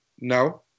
no